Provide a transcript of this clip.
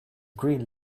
green